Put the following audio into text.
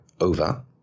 over